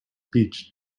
beach